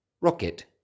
Rocket